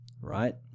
right